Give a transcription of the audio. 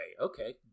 Okay